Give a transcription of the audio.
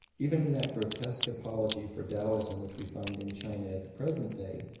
even in that grotesque apology for taoism which we find in china at the present day,